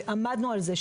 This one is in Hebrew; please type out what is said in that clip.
ועמדנו על זה,